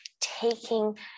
taking